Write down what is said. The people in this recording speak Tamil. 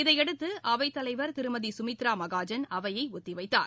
இதனையடுத்து அவைத் தலைவர் திருமதி சுமித்ரா மகாஜன் அவையை ஒத்திவைத்தார்